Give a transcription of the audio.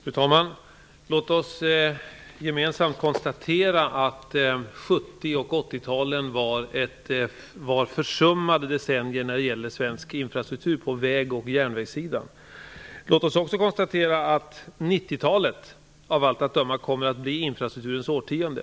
Fru talman! Låt oss gemensamt konstatera att 70 och 80-talet var försummade decennier för svensk infrastruktur när det gäller vägar och järnvägar. Låt oss också konstatera att 90-talet av allt att döma kommer att bli infrastrukturens årtionde.